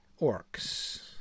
orcs